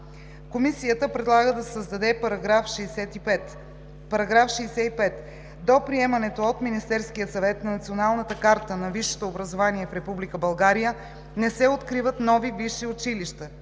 Комисията предлага да се създаде § 65: „§ 65. До приемането от Министерския съвет на Националната карта на висшето образование в Република България не се откриват нови висши училища,